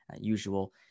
usual